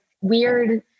weird